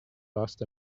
lost